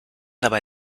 dabei